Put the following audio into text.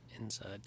Inside